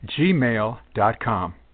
gmail.com